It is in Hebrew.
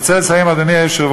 אני רוצה לסיים, אדוני היושב-ראש,